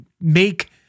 make